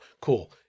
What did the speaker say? Cool